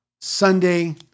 Sunday